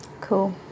Cool